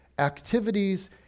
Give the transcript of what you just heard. activities